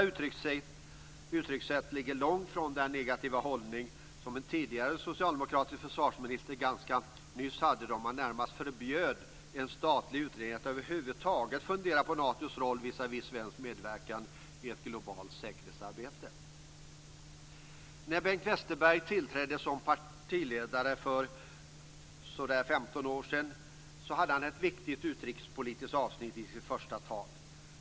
Detta uttryckssätt ligger långt från den negativa hållning som en tidigare socialdemokratisk försvarsminister ganska nyss hade, då man närmast förbjöd en statlig utredning att över huvud taget fundera på Natos roll visavi svensk medverkan i ett globalt säkerhetsarbete. När Bengt Westerberg tillträdde som partiledare för så där 15 år sedan hade han ett viktigt utrikespolitiskt avsnitt i sitt första tal.